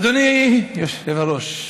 אדוני היושב-ראש,